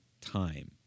time